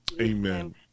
Amen